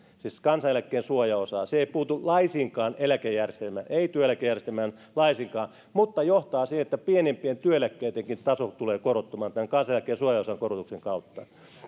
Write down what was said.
siis kansaneläkkeen suojaosaa se ei puutu laisinkaan eläkejärjestelmään ei työeläkejärjestelmään laisinkaan mutta johtaa siihen että pienimpien työeläkkeittenkin taso tulee korottumaan tämän kansaneläkkeen suojaosan korotuksen kautta